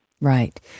Right